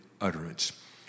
utterance